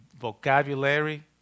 vocabulary